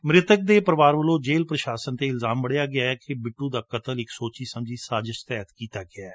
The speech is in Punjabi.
ਮ੍ਰਿਤਕ ਦੇ ਪਰਿਵਾਰ ਵੱਲੋ ਜੇਲ੍ ਪ੍ਰਸ਼ਾਸਨ ਤੇ ਇਲਜਾਮ ਮੁੜਿਆ ਗਿਐ ਕਿ ਬਿੱਟੂ ਦਾ ਕਤਲ ਇੱਕ ਸੋਚੀ ਸਮਝੀ ਸਾਜਿਸ਼ ਤਹਿਤ ਕੀਤਾ ਗਿਐ